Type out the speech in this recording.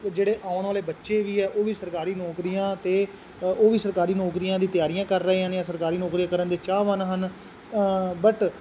ਜਿਹੜੇ ਆਉਣ ਵਾਲੇ ਬੱਚੇ ਵੀ ਹੈ ਉਹ ਵੀ ਸਰਕਾਰੀ ਨੌਕਰੀਆਂ ਅਤੇ ਅ ਉਹ ਵੀ ਸਰਕਾਰੀ ਨੌਕਰੀਆਂ ਦੀ ਤਿਆਰੀਆਂ ਕਰ ਰਹੇ ਨੇ ਜਾਂ ਸਰਕਾਰੀ ਨੌਕਰੀਆਂ ਕਰਨ ਦੇ ਚਾਹਵਾਨ ਹਨ ਬਟ